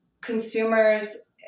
consumers